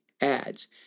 ads